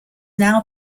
now